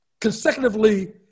consecutively